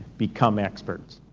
become experts.